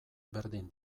berdin